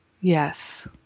Yes